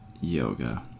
yoga